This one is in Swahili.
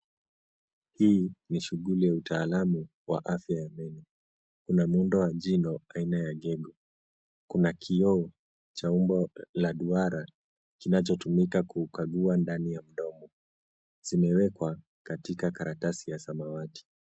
Hii ni shughuli ya utaalamu wa afya ya meno. Kuna muundo wa jino aina ya gego. Kuna kioo cha umbo la duara, kinachotumika kukagua ndani ya mdomo. Zimewekwa katika karatasi ya samawati.